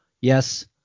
Yes